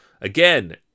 Again